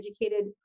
educated